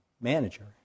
manager